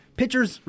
pitchers